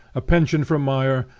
a pension for meyer,